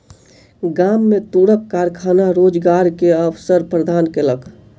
गाम में तूरक कारखाना रोजगार के अवसर प्रदान केलक